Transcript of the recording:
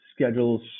schedules